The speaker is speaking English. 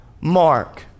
mark